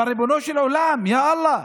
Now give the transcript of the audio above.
אבל ריבונו של עולם, יא אללה,